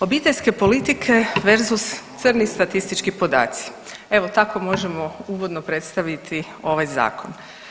Obiteljske politike verzus crni statistički podaci, evo tako možemo uvodno predstaviti ovaj zakon.